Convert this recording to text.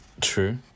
True